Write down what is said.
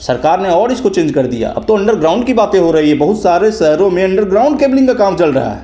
सरकार ने और इसको चेंज कर दिया अब तो अंडरग्राउंड की बातें हो रही हैं बहुत सरे शहरों में अंडरग्राउंड केबलिंग का काम चल रहा है